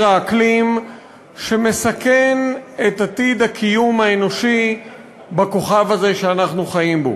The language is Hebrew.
האקלים שמסכן את עתיד הקיום האנושי בכוכב הזה שאנחנו חיים בו.